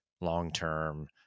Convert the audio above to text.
long-term